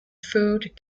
food